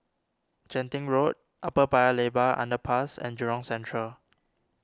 Genting Road Upper Paya Lebar Underpass and Jurong Central